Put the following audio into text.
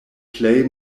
plej